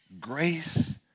grace